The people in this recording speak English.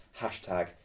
Hashtag